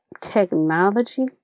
technology